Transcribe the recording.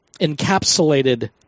encapsulated